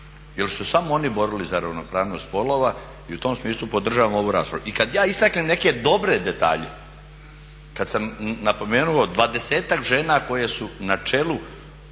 jer su se samo oni borili za ravnopravnost spolova i u tom smislu podržavam ovu raspravu. I kada ja istaknem neke dobre detalje, kada sam napomenuo 20-ak žena koje su na čelu